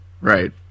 Right